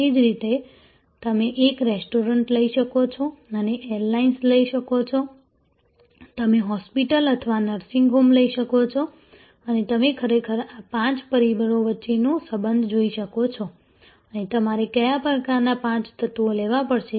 એ જ રીતે તમે એક રેસ્ટોરન્ટ લઈ શકો છો અને એરલાઈન્સ લઈ શકો છો તમે હોસ્પિટલ અથવા નર્સિંગ હોમ લઈ શકો છો અને તમે ખરેખર આ પાંચ પરિબળો વચ્ચેનો સંબંધ જોઈ શકો છો અને તમારે કયા પ્રકારનાં પાંચ તત્વો લેવા પડશે